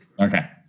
okay